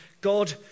God